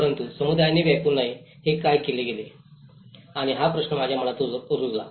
परंतु समुदायांनी व्यापू नये हे काय केले आणि हा प्रश्न माझ्या मनात रुजला